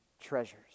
treasures